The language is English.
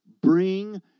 Bring